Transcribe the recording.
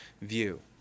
view